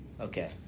Okay